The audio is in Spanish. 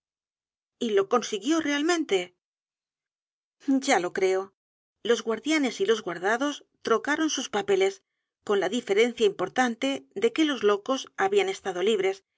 y lo consiguió raelmente ya lo creo los guardianes y los guardados troel doctor brea el profesor pluma carón sus papeles con la diferencia importante de que los locos habían estado libres